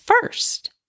first